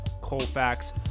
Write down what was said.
Colfax